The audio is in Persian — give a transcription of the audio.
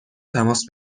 تماس